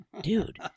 Dude